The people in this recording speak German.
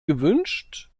gewünscht